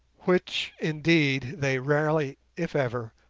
which, indeed, they rarely, if ever,